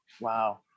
Wow